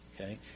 okay